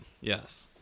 Yes